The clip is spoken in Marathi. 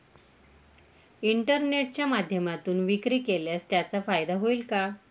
इंटरनेटच्या माध्यमातून विक्री केल्यास त्याचा फायदा होईल का?